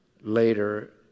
later